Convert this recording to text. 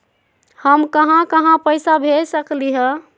हम कहां कहां पैसा भेज सकली ह?